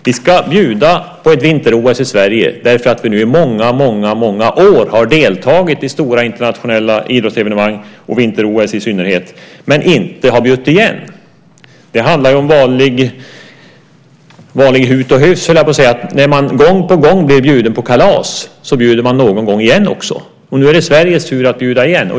Vi ska bjuda på ett vinter-OS i Sverige därför att vi nu i många, många år har deltagit i stora internationella idrottsevenemang, och vinter-OS i synnerhet, men inte har bjudit igen. Det handlar om vanlig hut och hyfs, höll jag på att säga. När man gång på gång blir bjuden på kalas bjuder man någon gång igen också. Nu är det Sveriges tur att bjuda igen.